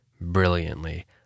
brilliantly